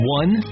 one